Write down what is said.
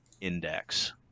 index